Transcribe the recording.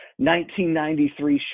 1993